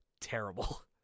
terrible